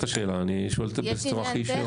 אני שואל את זה בצורה הכי ישירה.